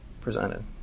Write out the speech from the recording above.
presented